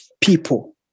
people